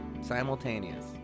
Simultaneous